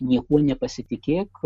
niekuo nepasitikėk